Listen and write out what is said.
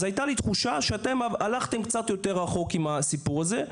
הייתה לי תחושה שאתם הלכתם קצת יותר רחוק עם הסיפור הזה.